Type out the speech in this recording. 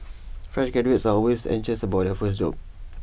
fresh graduates are always anxious about their first job